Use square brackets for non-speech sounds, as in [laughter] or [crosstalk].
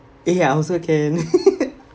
eh I also can [laughs]